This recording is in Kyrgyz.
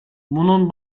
мунун